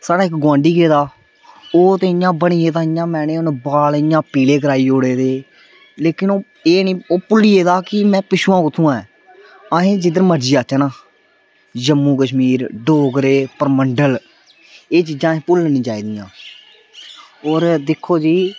स्हाड़ा एक्क गोआंढी गेदा ओह् ते इयां बनी गेदा इयां मैं आखने उन्ने बाल इयां पीले कराई उड़े दे लेकिन ओह् एह् नी ओह् भुल्ली गेदा की मैं पिच्छुआं कुत्थुआं दा अहें जिद्धर मर्जी जाचे ना जम्मू कश्मीर डोगरे परमंडल एह् चीजां भुल्लनी नी चाहिदियां और दिक्खो जी